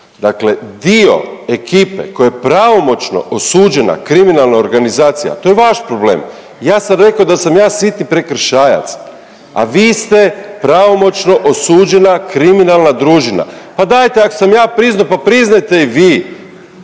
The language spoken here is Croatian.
dakle dio ekipe koja je pravomoćno osuđena kriminalna organizacija to je vaš problem. Ja sam rekao da sam ja sitni prekršajac, a vi ste pravomoćno osuđena kriminalna družina, pa daje ako sam ja priznao pa priznajte i vi.